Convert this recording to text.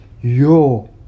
yo